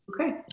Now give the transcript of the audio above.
Okay